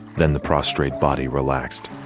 then the prostrate body relaxed,